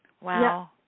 Wow